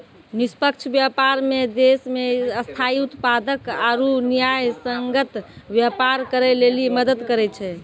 निष्पक्ष व्यापार मे देश मे स्थायी उत्पादक आरू न्यायसंगत व्यापार करै लेली मदद करै छै